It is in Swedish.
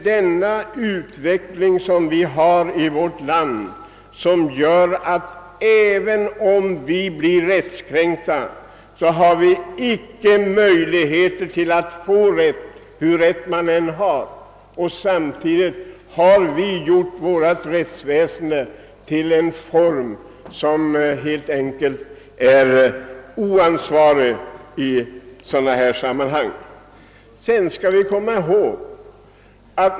Denna utveckling medför att vi, även om vi blir rättskränkta, inte har någon möjlighet att få rätt. Samtidigt har vi givit vårt rättsväsende en helt enkelt oförsvarlig utformning.